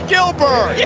Gilbert